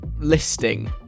listing